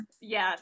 yes